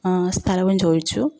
സ്ഥലവും ചോദിച്ചു